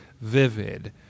vivid